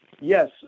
Yes